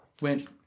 went